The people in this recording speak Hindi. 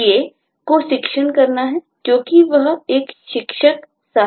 TA को शिक्षण करना है क्योंकि वह एक शिक्षण सहायक है